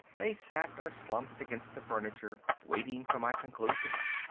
they sat or slumped against the furniture, waiting for my conclusions.